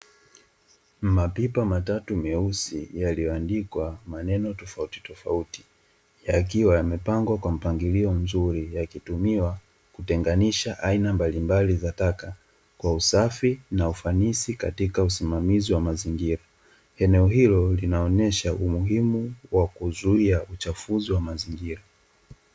Mapipa matatu meusi yaliyoandikwa maneno tofautitofauti yakiwa yamepangwa kwa mpangilio mzuri yakitumiwa kutenganisha aina mbalimbali za taka, usafi na ufanisi katika usimamizi wa mazingira. Eneo hilo linaonesha umuhimu wa kuzuia uchafuzi wa mazingira.